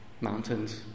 Mountains